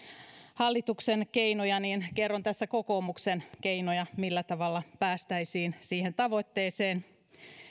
hallituksen keinoja kokoomuksen keinoja millä tavalla päästäisiin siihen tavoitteeseen